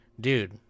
dude